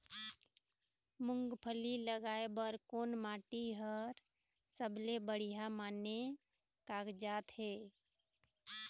मूंगफली लगाय बर कोन माटी हर सबले बढ़िया माने कागजात हे?